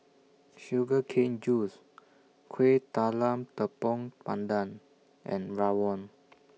Sugar Cane Juice Kueh Talam Tepong Pandan and Rawon